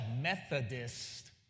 Methodist